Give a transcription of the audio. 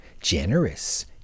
generous